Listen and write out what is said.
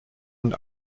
und